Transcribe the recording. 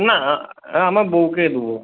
না আমার বউকে দেবো